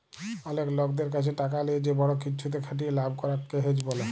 অলেক লকদের ক্যাছে টাকা লিয়ে যে বড় কিছুতে খাটিয়ে লাভ করাক কে হেজ ব্যলে